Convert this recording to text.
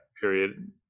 period